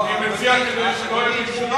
אני מציע, כדי שלא יהיה בלבול,